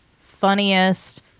funniest